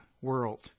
world